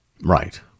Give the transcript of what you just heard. Right